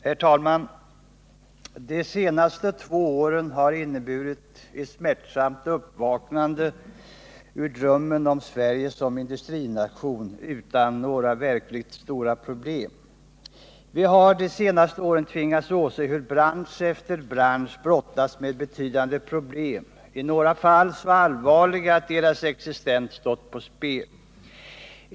Herr talman! De senaste två åren har inneburit ett smärtsamt uppvaknande ur drömmen om Sverige som industrinationen utan några verkligt stora problem. Vi har under de senaste åren tvingats åse hur bransch efter bransch brottats med betydande problem — i några fall så allvarliga att branschernas existens stått på spel.